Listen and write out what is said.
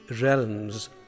realms